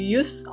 use